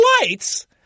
lights